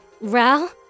Ral